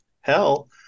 hell